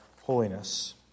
holiness